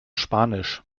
spanisch